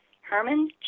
Herman